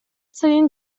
сайын